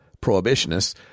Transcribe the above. prohibitionists